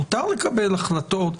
מותר לקבל החלטות.